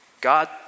God